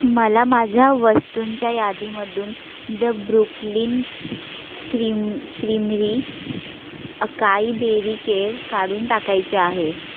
मला माझ्या वस्तूंच्या यादीमधून the Brooklyn cream creamery acai berry केळं काढून टाकायचे आहे